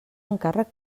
encàrrec